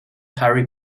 harry